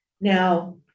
now